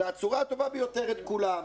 אלא בצורה הטובה ביותר את כולם.